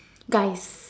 guys